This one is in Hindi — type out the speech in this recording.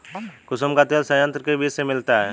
कुसुम का तेल संयंत्र के बीज से मिलता है